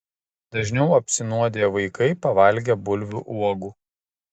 dažniau apsinuodija vaikai pavalgę bulvių uogų